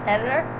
Editor